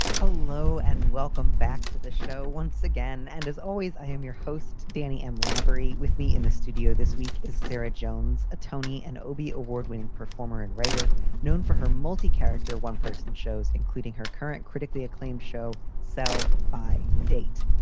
hello and welcome back to the show once again. and as always, i am your host, danny m. lavery. with me in the studio this week is sarah jones, a tony and obe award winning performer and writer known for her multi character, one person shows, including her current critically acclaimed show, sell by date.